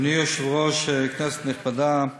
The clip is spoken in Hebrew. אדוני היושב-ראש, כנסת נכבדה,